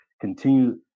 continue